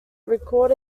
record